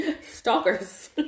stalkers